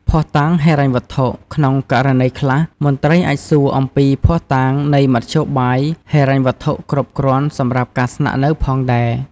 ភស្តុតាងហិរញ្ញវត្ថុ ក្នុងករណីខ្លះ មន្ត្រីអាចសួរអំពីភស្តុតាងនៃមធ្យោបាយហិរញ្ញវត្ថុគ្រប់គ្រាន់សម្រាប់ការស្នាក់នៅផងដែរ។